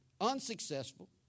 unsuccessful